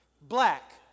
Black